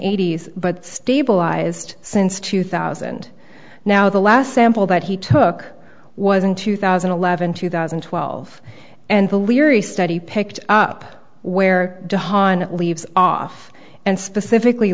eighty s but stabilized since two thousand now the last sample that he took was in two thousand and eleven two thousand and twelve and the leary study picked up where han leaves off and specifically